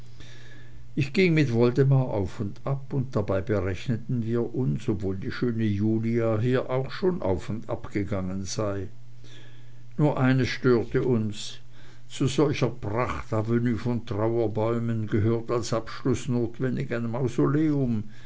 ich ging mit woldemar auf und ab und dabei berechneten wir uns ob wohl die schöne julia hier auch schon auf und ab gegangen sei nur eins störte uns zu solcher prachtavenue von trauerbäumen gehört als abschluß notwendig ein mausoleum